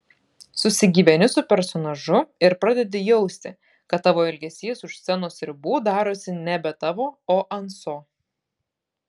susigyveni su personažu ir pradedi jausti kad tavo elgesys už scenos ribų darosi nebe tavo o anso